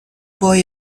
boy